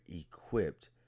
equipped